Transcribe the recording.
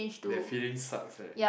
that feeling sucks right